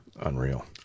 Unreal